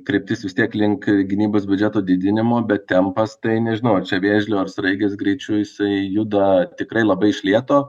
kryptis vis tiek link gynybos biudžeto didinimo bet tempas tai nežinau ar čia vėžlio ar sraigės greičiu jisai juda tikrai labai iš lėto